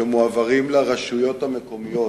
שמועברים לרשויות המקומיות